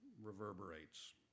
reverberates